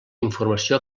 informació